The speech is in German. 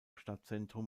stadtzentrum